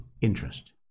interest